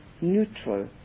neutral